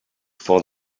for